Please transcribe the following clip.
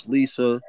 Lisa